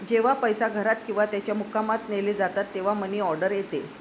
जेव्हा पैसे घरात किंवा त्याच्या मुक्कामात नेले जातात तेव्हा मनी ऑर्डर येते